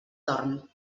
dorm